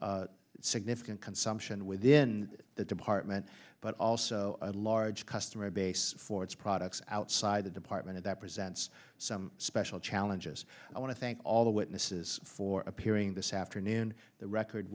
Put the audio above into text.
significant consumption within the department but also a large customer base for its products outside the department that presents some special challenges i want to thank all the witnesses for appearing this afternoon the record